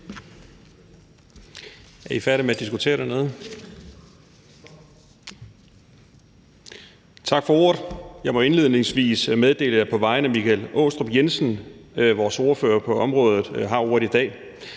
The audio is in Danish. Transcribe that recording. Er I færdige med at diskutere dernede? Tak for ordet. Jeg må indledningsvis meddele, at jeg har ordet i dag på vegne af Michael Aastrup Jensen, vores ordfører på området.